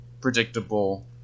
predictable